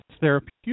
therapeutic